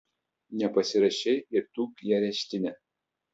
nepasirašei ir tūpk į areštinę